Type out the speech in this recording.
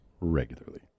regularly